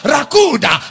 Rakuda